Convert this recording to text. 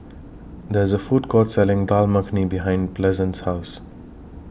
There IS A Food Court Selling Dal Makhani behind Pleasant's House